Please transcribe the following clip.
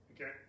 Okay